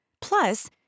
Plus